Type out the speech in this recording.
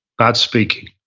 not speaking